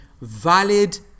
valid